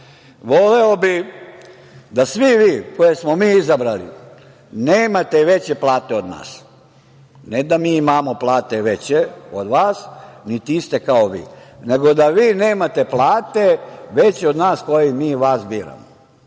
Voleo bi da svi vi koje smo mi izabrali nemate veće plate od nas, ne da mi imamo plate veće od vas niti iste kao vi, nego da vi nemate plate veće od nas koji mi vas biramo. Vi